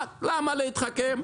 למה להתחכם?